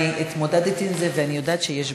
אני התמודדתי עם זה ואני יודעת שיש בעיה.